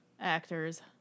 actors